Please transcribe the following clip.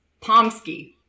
Pomsky